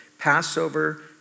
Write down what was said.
Passover